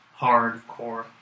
Hardcore